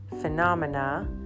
phenomena